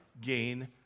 gain